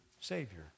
Savior